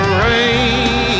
rain